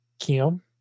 Kim